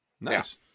Nice